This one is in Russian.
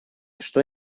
что